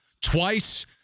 twice